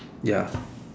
ya